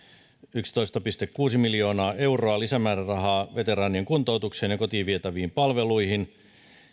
yksitoista pilkku kuusi miljoonaa euroa lisämäärärahaa veteraanien kuntoutukseen ja kotiin vietäviin palveluihin